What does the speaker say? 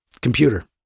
Computer